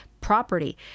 property